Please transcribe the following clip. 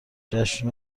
جشن